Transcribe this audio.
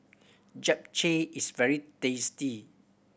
japchae is very tasty